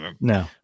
No